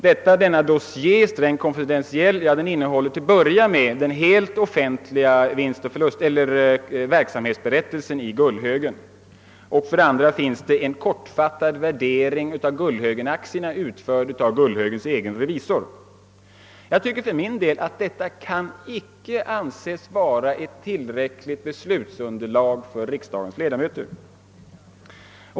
Ifrågavarande dossier — strängt konfidentiell alltså — innehåller för det första den helt offentliga verksamhetsberättelsen för Gullhögen. För det andra finns där en kortfattad värdering av Gullhögenaktierna, utförd av Gullhögens egen revisor. Jag tycker för min del att detta icke kan anses vara ett tillräckligt beslutsmaterial för riksdagens ledamöter.